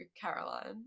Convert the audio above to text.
Caroline